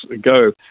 go